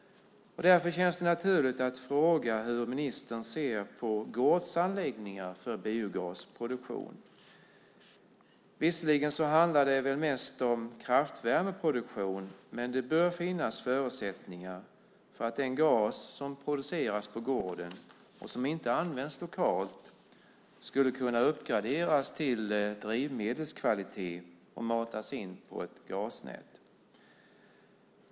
Därför känns det naturligt att fråga hur ministern ser på gårdsanläggningar för biogasproduktion. Visserligen handlar det väl mest om kraftvärmeproduktion, men det bör finnas förutsättningar för att den gas som produceras på gården, och som inte används lokalt, skulle kunna uppgraderas till drivmedelskvalitet och matas in på ett gasnät.